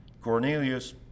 Cornelius